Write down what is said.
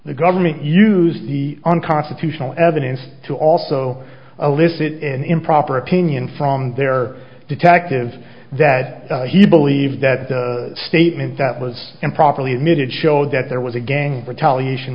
the government used the unconstitutional evidence to also elicit an improper opinion from their detective that he believed that the statement that was improperly admitted showed that there was a gang retaliation